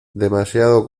demasiado